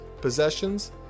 possessions